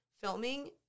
filming